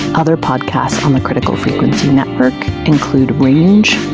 other podcasts on the critical frequency network include range,